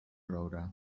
roure